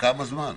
כמה זמן?